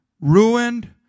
ruined